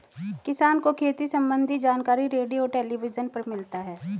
किसान को खेती सम्बन्धी जानकारी रेडियो और टेलीविज़न पर मिलता है